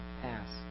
pass